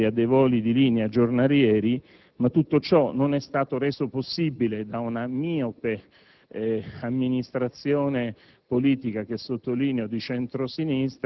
della concreta possibilità di aprire a voli di linea giornalieri. Tutto ciò non è stato reso possibile da una miope amministrazione